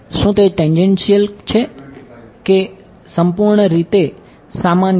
શું તે ટેન્જેનશીયલ છે કે સંપૂર્ણ રીતે સામાન્ય છે